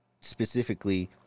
specifically